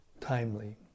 timely